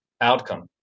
outcome